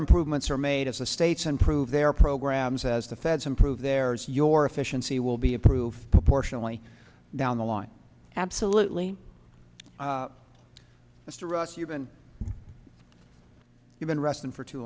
improvements are made as the states and prove their programs as the feds improve there's your efficiency will be approved proportionally down the line absolutely that's true if you're going you've been resting for too